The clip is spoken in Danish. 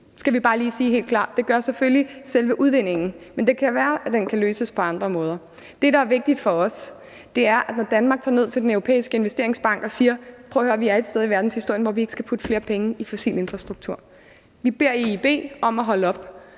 Det gør selve udvindingen. Men det kan være, at den kan løses på andre måder. Det, der er vigtigt for os, er, at når Danmark tager ned til Den Europæiske Investeringsbank og siger: Prøv at høre, vi er et sted i verdenshistorien, hvor vi ikke skal putte flere penge i fossil infrastruktur, og vi beder EUD om at holde op,